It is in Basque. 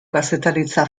kazetaritza